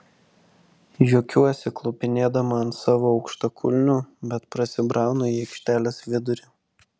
juokiuosi klupinėdama ant savo aukštakulnių bet prasibraunu į aikštelės vidurį